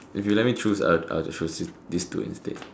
if you let me choose I'd I'd chosen these two instead